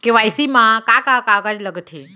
KYC मा का का कागज लगथे?